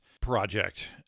project